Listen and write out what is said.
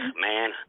Man